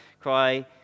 cry